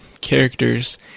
characters